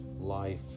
life